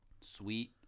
Sweet